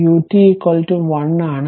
ut 1 ആണ്